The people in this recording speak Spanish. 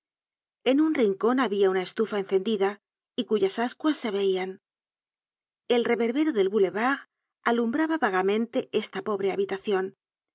en un rincon habia una estufa encendida y cuyas ascuas se veian el reverbero del boulevard alumbraba vagamente esta pobre habitacion